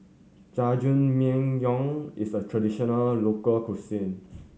jajangmyeon is a traditional local cuisine